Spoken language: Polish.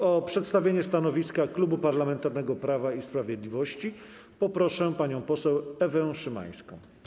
O przedstawienie stanowiska Klubu Parlamentarnego Prawo i Sprawiedliwość proszę panią poseł Ewę Szymańską.